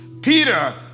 Peter